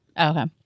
Okay